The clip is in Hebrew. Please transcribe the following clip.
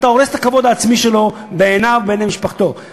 אתה הורס את הכבוד העצמי שלו בעיניו ובעיני משפחתו.